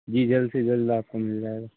जी जल्द से जल्द आपको मिल जाएगा